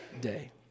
day